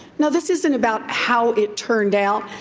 now, this isn't about how it turned out.